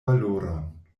valoron